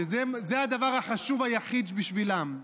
שזה הדבר החשוב היחיד בשבילם.